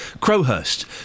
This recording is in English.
Crowhurst